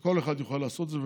שכל אחד יוכל לעשות את זה,